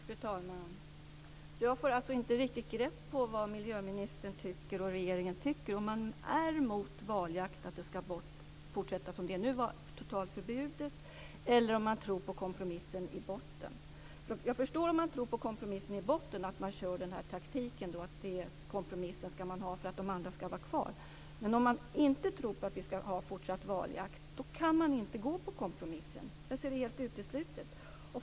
Fru talman! Jag får inte riktigt grepp om vad miljöministern och regeringen tycker, om man är emot valjakt och tycker att det som nu skall fortsätta att vara totalt förbjudet eller om man tror på kompromissen i botten. Om man tror på kompromissen i botten förstår jag att man kör den taktiken, att man skall ha kompromissen för att de andra skall vara kvar. Men om man inte tror på att vi skall ha fortsatt valjakt kan man inte gå på kompromissen. Jag ser det som helt uteslutet.